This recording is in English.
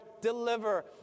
deliver